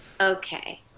Okay